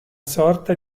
sorta